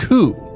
Coup